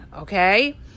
okay